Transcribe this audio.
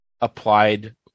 applied